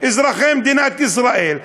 אזרחי מדינת ישראל,